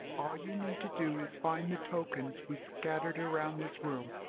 all you need to do is find the tokens we've scattered around this room,